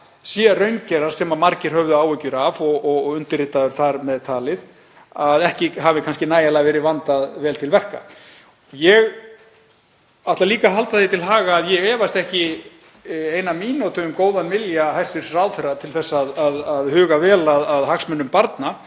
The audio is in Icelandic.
sé að raungerast sem margir höfðu áhyggjur af og undirritaður þar með talinn, að ekki hafi kannski verið nægjanlega vandað til verka. Ég ætla líka að halda því til haga að ég efast ekki í eina mínútu um góðan vilja hæstv. ráðherra til að huga vel að hagsmunum barna.